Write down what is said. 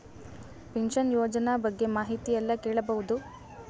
Pension ಯೋಜನ ಬಗ್ಗೆ ಮಾಹಿತಿ ಎಲ್ಲ ಕೇಳಬಹುದು?